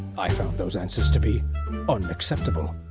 i found those answers to be unacceptable.